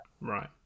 Right